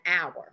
hour